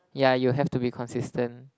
ya you have to be consistent